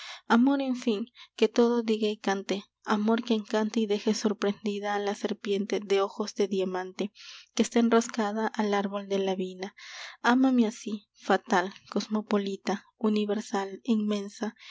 amor en fin que todo diga y cante amor que encante y deje sorprendida a la serpiente de ojos de diamante que está enroscada al árbol de la vida amame así fatal cosmopolita universal inmensa